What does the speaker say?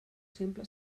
simple